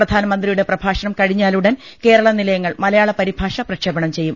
പ്രധാനമന്ത്രിയുടെ പ്രഭാഷണം കഴിഞ്ഞാലുടൻ കേരള നിലയങ്ങൾ മലയാളപരിഭാഷ പ്രക്ഷേപണം ചെയ്യും